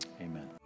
amen